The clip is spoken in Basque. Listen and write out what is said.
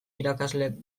irakasleek